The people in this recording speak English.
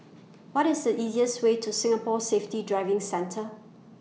What IS The easiest Way to Singapore Safety Driving Centre